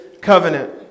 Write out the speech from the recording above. covenant